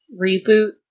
reboot